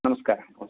नमस्कारः महोदय